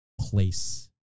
place